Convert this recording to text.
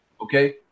Okay